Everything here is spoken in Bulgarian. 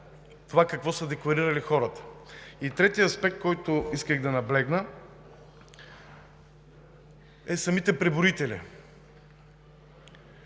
това какво са декларирали хората. Третият аспект, на който исках да наблегна, са самите преброители.